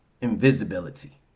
invisibility